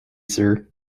sir